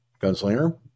Gunslinger